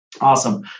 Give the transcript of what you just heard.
Awesome